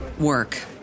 work